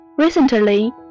Recently